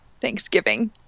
Thanksgiving